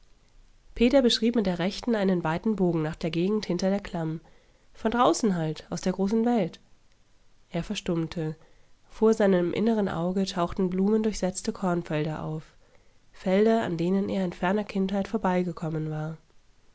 peter beschrieb mit der rechten einen weiten bogen nach der gegend hinter der klamm von draußen halt aus der großen welt er verstummte vor seinem inneren auge tauchten blumendurchsetzte kornfelder auf felder an denen er in ferner kindheit vorbeigekommen war